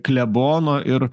klebono ir